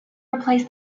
replace